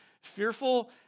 fearful